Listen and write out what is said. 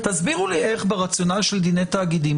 תסבירו איך ברציונל של דיני תאגידים.